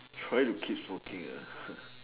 trying to keep smoking